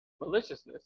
maliciousness